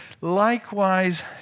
Likewise